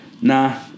Nah